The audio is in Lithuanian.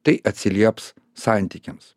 tai atsilieps santykiams